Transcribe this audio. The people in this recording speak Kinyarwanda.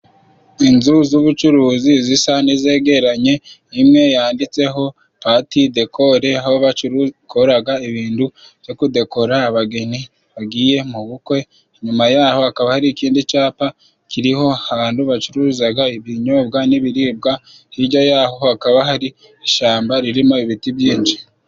Inzu z'ubucuruzi zisa n'izegeranye imwe yanditseho pati dekole aho bakoraga ibintu byo kudekora abageni bagiye mu bukwe inyuma yaho hakaba hari ikindi capa kiriho ahantu bacuruzaga ibinyobwa, n'ibiribwa hirya yaho hakaba hari ishyamba ririmo ibiti byinshi.